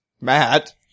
Matt